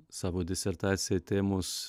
savo disertacijai temos